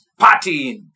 partying